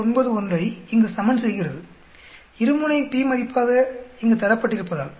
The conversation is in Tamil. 91 ஐ இங்கு சமன் செய்கிறது இரு முனை p மதிப்பாக இங்கு தரப்பட்டிருப்பதால்